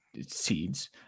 seeds